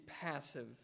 passive